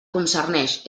concerneix